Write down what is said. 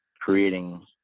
creating